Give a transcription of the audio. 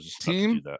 team